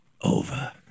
over